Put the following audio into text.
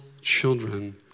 children